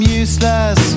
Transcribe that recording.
useless